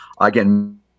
again